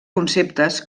conceptes